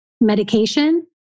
medication